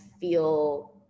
feel